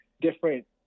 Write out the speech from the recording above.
different